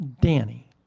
Danny